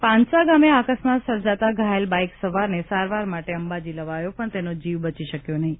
પાનસા ગામે આ અકસ્માત સર્જાતા ઘાયલ બાઈક સવારને સારવાર માટે અંબાજી લવાયો પણ તેનો જીવ બચી શક્યો નહીં